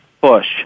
Bush